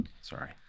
sorry